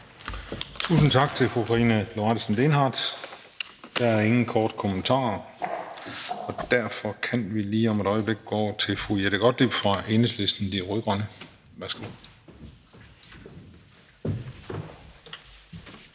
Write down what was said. Tusind tak til fru Karina Lorentzen Dehnhardt. Der er ingen korte bemærkninger, og derfor kan vi lige om et øjeblik gå over til fru Jette Gottlieb fra Enhedslisten – De Rød-Grønne.